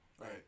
Right